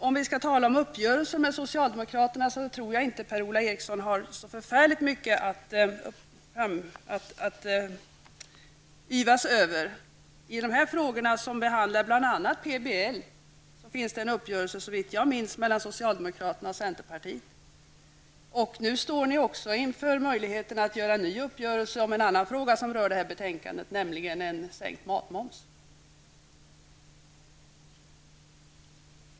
Om vi skall tala om uppgörelser med socialdemokraterna tror jag inte att Per-Ola Eriksson har så förfärligt mycket att yvas över. Dessa frågor som gäller bl.a. PBL finns det, såvitt jag minns, en uppgörelse mellan socialdemokraterna och centerpartiet. Och nu står ni också inför möjligheten att på nytt göra upp med socialdemokraterna i en annan fråga som rör detta betänkande, nämligen en sänkning av matmomsen.